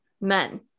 men